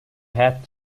had